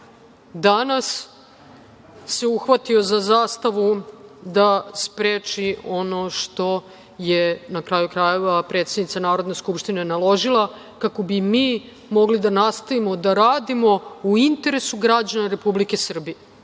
štap. Danas se uhvatio za zastavu da spreči ono što je na kraju krajeva, predsednica Narodne skupštine naložila, kako bi mi mogli da nastavimo da radimo u interesu građana Republike Srbije.